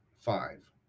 Five